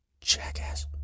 Jackass